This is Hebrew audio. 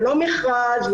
ללא מכרז,